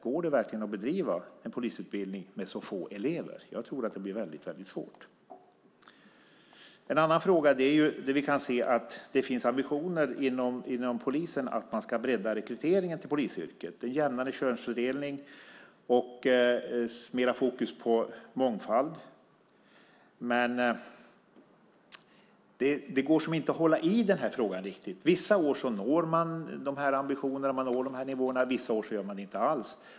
Går det verkligen att bedriva en polisutbildning med så få elever? Jag tror att det blir väldigt svårt. En annan fråga är att vi kan se att det finns ambitioner inom polisen att bredda rekryteringen till polisyrket. Det ska vara en jämnare könsfördelning och mer fokus på mångfald. Men det går liksom inte att hålla i frågan riktigt. Vissa år når man ambitionerna och nivåerna. Vissa år gör man det inte alls.